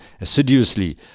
assiduously